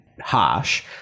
harsh